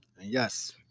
Yes